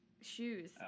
Shoes